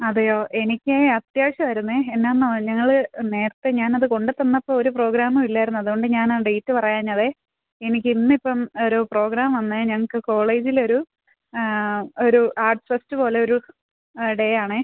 അതെയോ എനിക്ക് അത്യാവശ്യമായിരുന്നു എന്നാന്നോ ഞങ്ങൾ നേരത്തെ ഞാനത് കൊണ്ടുതന്നപ്പോൾ ഒരു പ്രോഗ്രാമും ഇല്ലായിരുന്നു അതുകൊണ്ട് ഞാൻ ആ ഡേറ്റ് പറയാഞ്ഞത് എനിക്ക് ഇന്നിപ്പം ഒരു പ്രോഗ്രാം വന്നു ഞാങ്ങൾക്ക് കോളേജിലൊരു ഒരു ആർട്ട് ഫെസ്റ്റ് പോലൊരു ഡേ ആണ്